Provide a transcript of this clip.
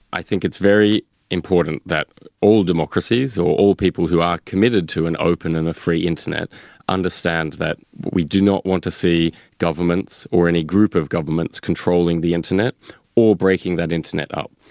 i think it's very important that all democracies or all people who are committed to an open and free internet understand that we do not want to see governments or any group of governments controlling the internet or breaking that internet up.